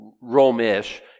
Rome-ish